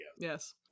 Yes